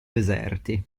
deserti